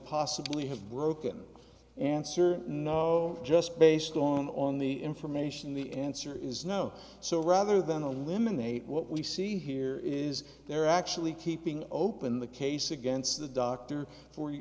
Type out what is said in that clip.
possibly have broken answer no just based on the information the answer is no so rather than on women eight what we see here is they're actually keeping open the case against the doctor for